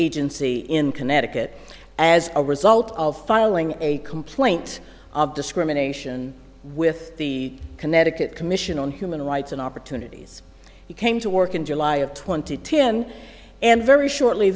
agency in connecticut as a result of filing a complaint of discrimination with the connecticut commission on human rights and opportunities you came to work in july of twenty ten and very shortly